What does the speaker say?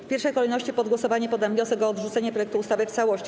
W pierwszej kolejności pod głosowanie poddam wniosek o odrzucenie projektu ustawy w całości.